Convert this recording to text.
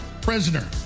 prisoner